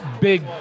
big